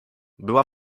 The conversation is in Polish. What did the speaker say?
była